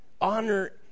Honor